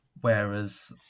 whereas